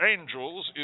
Angels